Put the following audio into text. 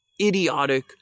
idiotic